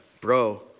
bro